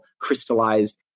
crystallized